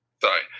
Sorry